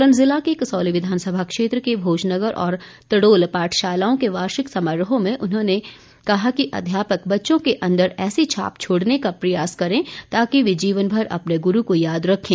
सोलन जिला के कसौली विधानसभा क्षेत्र के भोजनगर और तड़ोल पाठशालाओं के वार्षिक समारोहों में उन्होंने कहा कि अध्यापक बच्चों के अंदर ऐसी छाप छोड़ने का प्रयास करें ताकि वे जीवनभर अपने गुरू को याद रखें